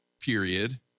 period